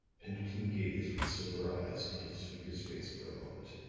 pendleton gazed with sober eyes into the speaker's face for a moment.